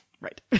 Right